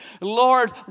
Lord